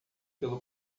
pelo